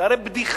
זו הרי בדיחה.